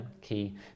key